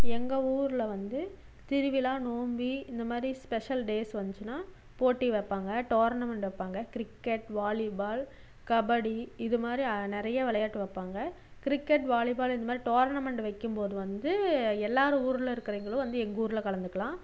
எங்கள் ஊரில் வந்து திருவிழா நோம்பி இந்தமாதிரி ஸ்பெஷல் டேஸ் வந்துச்சுனா போட்டி வைப்பாங்க டோர்னமெண்ட் வைப்பாங்க கிரிக்கெட் வாலிபால் கபடி இதுமாதிரி நிறையா விளையாட்டு வைப்பாங்க கிரிக்கெட் வாலிபால் இந்தமாதிரி டோர்னமெண்ட் வைக்கிம்போது வந்து எல்லாரும் ஊரில் இருக்கிறவங்களும் வந்து எங்கூரில் கலந்துக்கலாம்